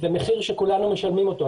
זה מחיר שכולנו משלמים אותו.